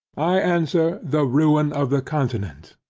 i answer, the ruin of the continent.